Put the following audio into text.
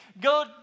go